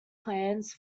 plans